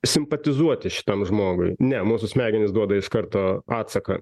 simpatizuoti šitam žmogui ne mūsų smegenys duoda iš karto atsaką